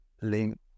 link